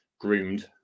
groomed